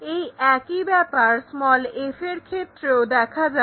এই একই ব্যাপার f এর ক্ষেত্রেও দেখা যাবে